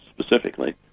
specifically